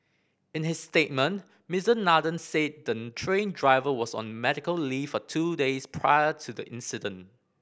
in his statement Mister Nathan said the train driver was on medical leave for two days prior to the incident